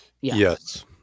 Yes